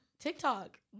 TikTok